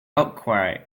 outcry